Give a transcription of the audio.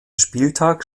spieltag